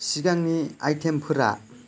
सिगांनि आइटेमफोरा